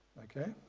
okay.